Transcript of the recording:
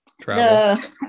travel